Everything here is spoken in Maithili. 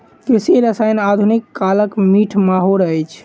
कृषि रसायन आधुनिक कालक मीठ माहुर अछि